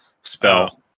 spell